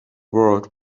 world